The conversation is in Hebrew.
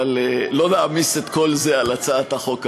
אבל לא נעמיס את כל זה על הצעת החוק הזאת.